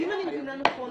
אם אני מבינה נכון,